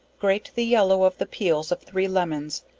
grate the yellow of the peals of three lemons,